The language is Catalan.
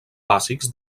bàsics